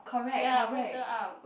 ya Burger-Up